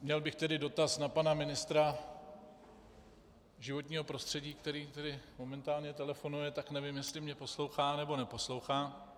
Měl bych tedy dotaz na pana ministra životního prostředí který momentálně telefonuje, tak nevím, jestli mě poslouchá, nebo neposlouchá.